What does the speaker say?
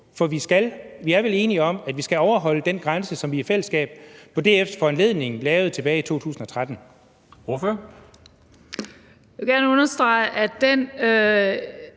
for vi er vel enige om, at vi skal overholde den grænse, som vi i fællesskab på DF's foranledning lavede tilbage i 2013. Kl. 10:35 Formanden (Henrik